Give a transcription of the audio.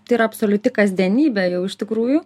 tai yra absoliuti kasdienybė jau iš tikrųjų